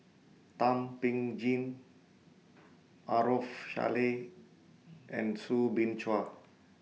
Thum Ping Tjin Maarof Salleh and Soo Bin Chua